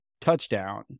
touchdown